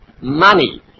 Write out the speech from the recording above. money